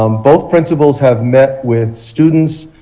um both principles have met with students,